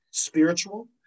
Spiritual